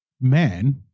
man